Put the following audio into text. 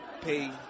pay